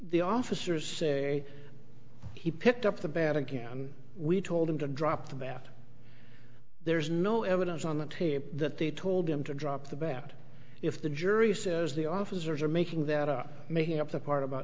the officers he picked up the bat again we told him to drop the bat there's no evidence on the tape that they told him to drop the bat if the jury says the officers are making that up making up the part about